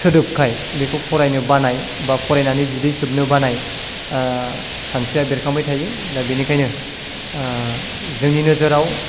सोदोबखाय बेखौ फरायनो बानाय बा फरायनानै बिदै सोबनो बानाय सानस्रिया बेरखांबाय थायो दा बेनिखायनो जोंनि नोजोराव